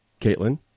Caitlin